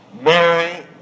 Mary